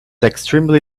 extremely